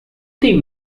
tem